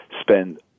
spend